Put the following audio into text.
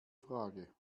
frage